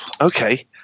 Okay